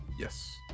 Yes